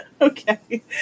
Okay